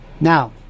Now